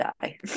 die